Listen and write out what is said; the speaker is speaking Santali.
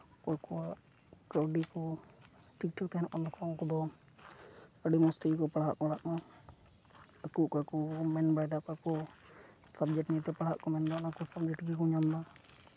ᱚᱠᱚᱭ ᱠᱚᱣᱟᱜ ᱠᱟᱹᱣᱰᱤ ᱠᱚ ᱴᱷᱤᱠ ᱴᱷᱟᱠ ᱛᱟᱦᱮᱱᱚᱜ ᱠᱟᱱ ᱛᱟᱠᱚᱣᱟ ᱩᱱᱠᱩ ᱫᱚ ᱟᱹᱰᱤ ᱢᱚᱡᱽ ᱛᱮᱜᱮ ᱠᱚ ᱯᱟᱲᱦᱟᱜ ᱯᱟᱲᱦᱟᱜᱼᱟ ᱟᱠᱚ ᱚᱠᱟ ᱠᱚ ᱢᱮᱱ ᱚᱠᱟᱠᱚ ᱥᱟᱵᱽᱡᱮᱠᱴ ᱱᱤᱭᱮᱛᱮ ᱯᱟᱲᱦᱟᱜ ᱠᱚ ᱢᱮᱱᱫᱟ ᱚᱱᱟ ᱠᱚ ᱥᱚᱸᱜᱮ ᱛᱮᱜᱮ ᱠᱚ ᱧᱟᱢ ᱮᱫᱟ